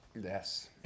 yes